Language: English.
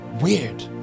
weird